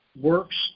works